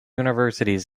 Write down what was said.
universities